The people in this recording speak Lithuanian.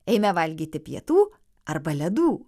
eime valgyti pietų arba ledų